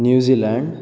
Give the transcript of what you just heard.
New Zealand